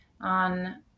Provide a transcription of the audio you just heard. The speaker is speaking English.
on